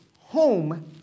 home